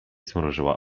zmrużyła